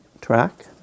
track